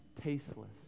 tasteless